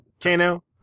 Kano